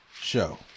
show